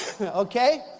Okay